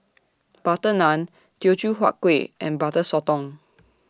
Butter Naan Teochew Huat Kueh and Butter Sotong